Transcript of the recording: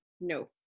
No